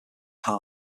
hajj